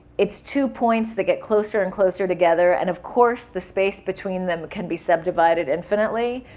it's two points that get closer and closer together. and of course, the space between them can be subdivided infinitely,